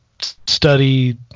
study